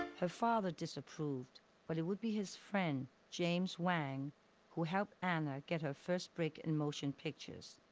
her father disapproved, but it would be his friend james wang who helped anna get her first break in motion pictures.